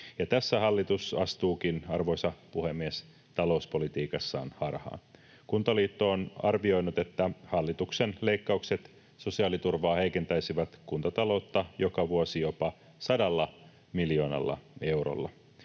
tässä hallitus astuukin, arvoisa puhemies, talouspolitiikassaan harhaan. Kuntaliitto on arvioinut, että hallituksen leikkaukset sosiaaliturvaan heikentäisivät kuntataloutta joka vuosi jopa sadalla miljoonalla eurolla.